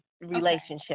relationship